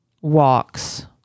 walks